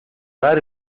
dar